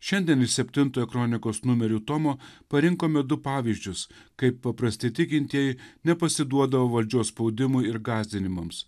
šiandien iš septintojo kronikos numerių tomo parinkome du pavyzdžius kaip paprasti tikintieji nepasiduodavo valdžios spaudimui ir gąsdinimams